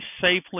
safely